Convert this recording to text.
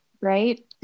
right